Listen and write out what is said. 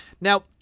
Now